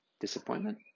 Disappointment